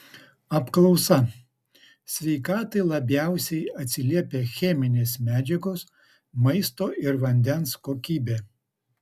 apklausa sveikatai labiausiai atsiliepia cheminės medžiagos maisto ir vandens kokybė